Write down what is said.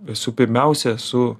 visų pirmiausia esu